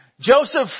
Joseph